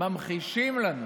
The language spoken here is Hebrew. ממחישים לנו